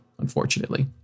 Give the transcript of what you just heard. unfortunately